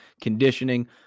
conditioning